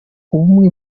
ubumwe